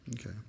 Okay